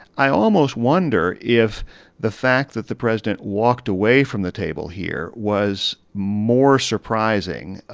i almost wonder if the fact that the president walked away from the table here was more surprising,